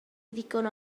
ddigon